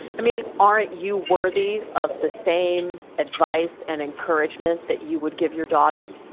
i mean, aren't you worthy of the same advice and encouragement that you would give your daughter?